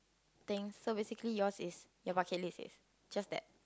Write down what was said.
things so basically yours is your bucket list is just that